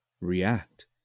react